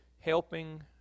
helping